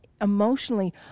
emotionally